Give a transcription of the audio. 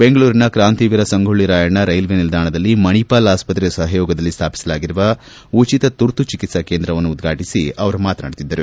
ಬೆಂಗಳೂರಿನ ಕ್ರಾಂತಿವೀರ ಸಂಗೊಳ್ಳ ರಾಯಣ್ಣ ರೈಲ್ವೆ ನಿಲ್ದಾಣದಲ್ಲಿ ಮಣಿಪಾಲ್ ಆಸ್ಪತ್ರೆ ಸಹಯೋಗದಲ್ಲಿ ಸ್ಥಾಪಿಸಲಾಗಿರುವ ಉಚಿತ ತುರ್ತು ಚಿಕಿತ್ಸಾ ಕೇಂದ್ರವನ್ನು ಉದ್ಘಾಟಿಸ ಅವರು ಅವರು ಮಾತನಾಡುತ್ತಿದ್ದರು